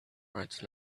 right